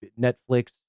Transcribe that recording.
Netflix